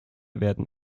werden